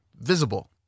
visible